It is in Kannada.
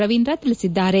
ರವೀಂದ್ರ ತಿಳಿಸಿದ್ದಾರೆ